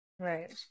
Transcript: Right